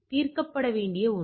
இது தீர்க்கப்பட வேண்டிய ஒன்று